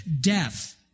death